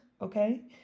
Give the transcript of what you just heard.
okay